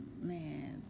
man